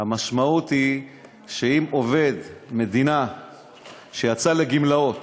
המשמעות היא שאם עובד המדינה שיצא לגמלאות